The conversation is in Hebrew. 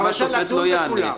למה השופט לא יענה?